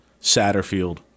Satterfield